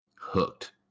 hooked